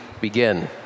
begin